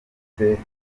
ndetse